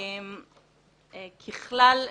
ככלל,